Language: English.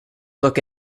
look